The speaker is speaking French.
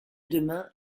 demain